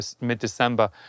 mid-December